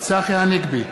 צחי הנגבי,